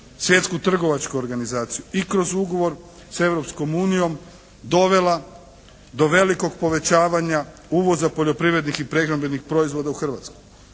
Svjetsku trgovačku organizaciju i kroz ugovor sa Europskom unijom dovela do velikog povećavanja uvoza poljoprivrednih i prehrambenih proizvoda u Hrvatsku.